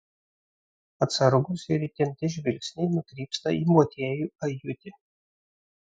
atsargūs ir įtempti žvilgsniai nukrypsta į motiejų ajutį